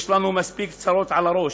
יש לנו מספיק צרות על הראש.